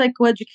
psychoeducation